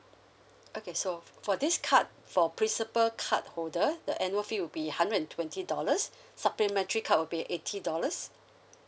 okay so for this card for principal card holder the annual fee will be hundred and twenty dollars supplementary card will be eighty dollars